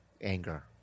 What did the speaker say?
Anger